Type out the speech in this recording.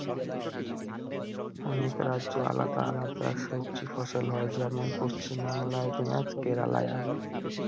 অনেক রাজ্যে আলাদা আলাদা সবজি ফসল হয়, যেমন পশ্চিমবাংলায় পেঁয়াজ কেরালায় আলু